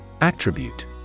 Attribute